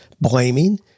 blaming